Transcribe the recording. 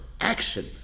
action